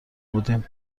بودیم